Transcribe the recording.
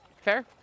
Fair